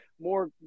more